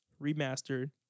Remastered